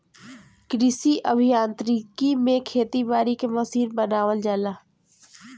कृषि अभियांत्रिकी में खेती बारी के मशीन बनावल जाला